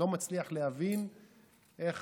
אני לא מצליח להבין איך